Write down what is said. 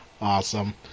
Awesome